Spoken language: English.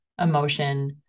emotion